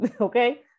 okay